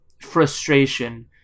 frustration